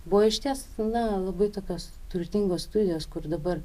buvo išties na labai tokios turtingos studijos kur dabar